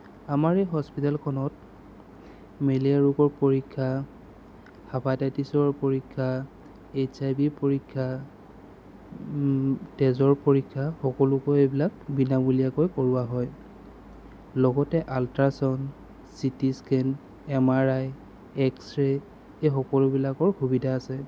আমাৰ এই হস্পিতেলখনত মেলেৰিয়া ৰোগৰ পৰীক্ষা হাপাটাইটিছৰ পৰীক্ষা এইচ আই ভি পৰীক্ষা তেজৰ পৰীক্ষা সকলোবোৰ এইবিলাক বিনামূলীয়াকৈ কৰোৱা হয় লগতে ultrasound CT scan M R I X ray এই সকলোবিলাকৰ সুবিধা আছে